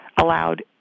allowed